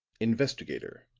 investigator,